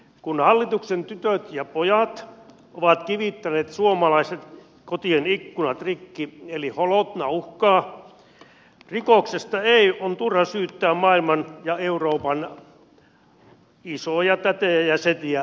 kun hallituksen tytöt ja pojat ovat kivittäneet suomalaisten kotien ikkunat rikki eli holotna uhkaa rikoksesta on turha syyttää maailman ja euroopan isoja tätejä ja setiä ministeri rinne